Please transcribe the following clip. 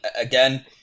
again